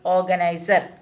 Organizer